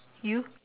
you